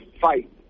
fight